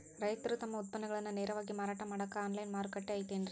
ರೈತರು ತಮ್ಮ ಉತ್ಪನ್ನಗಳನ್ನ ನೇರವಾಗಿ ಮಾರಾಟ ಮಾಡಾಕ ಆನ್ಲೈನ್ ಮಾರುಕಟ್ಟೆ ಐತೇನ್ರಿ?